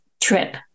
trip